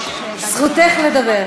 זכותך לדבר.